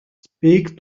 speak